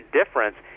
difference